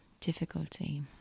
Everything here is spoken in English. difficulty